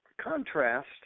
contrast